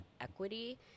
equity